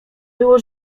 było